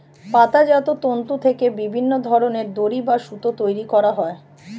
পাতাজাত তন্তু থেকে বিভিন্ন ধরনের দড়ি বা সুতো তৈরি করা হয়